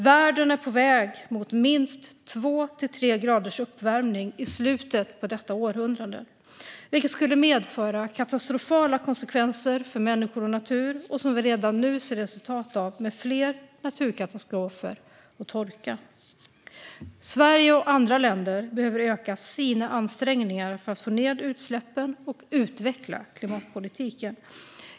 Världen är på väg mot minst två till tre graders uppvärmning i slutet av detta århundrade, vilket skulle medföra katastrofala konsekvenser för människor och natur, något som vi redan nu ser resultatet av med fler naturkatastrofer och torka. Sverige och andra länder behöver öka sina ansträngningar för att få ned utsläppen och utveckla klimatpolitiken.